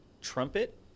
trumpet